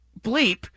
bleep